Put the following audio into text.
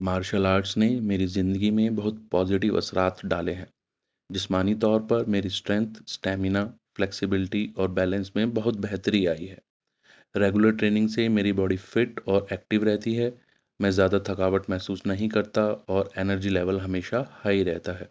martial arts نے میری زندگی میں بہت پازیٹیو اثرات ڈالے ہیں جسمانی طور پر میری اسٹرینتھ اسٹیمینا فلیکسیبلٹی اور بیلنس میں بہت بہتری آئی ہے ریگولر ٹریننگ سے میری باڈی فٹ اور ایکٹو رہتی ہے میں زیادہ تھکاوٹ محسوس نہیں کرتا اور انینرجی لیول ہمیشہ ہائی رہتا ہے